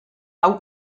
hau